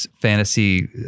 fantasy